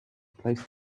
placed